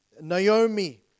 Naomi